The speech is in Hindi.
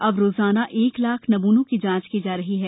अब रोजाना एक लाख नमूनों की जांच की जा रही है